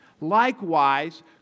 Likewise